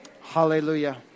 Hallelujah